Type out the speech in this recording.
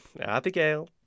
Abigail